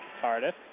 Tardif